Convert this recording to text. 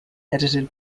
edited